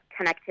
connectivity